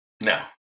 No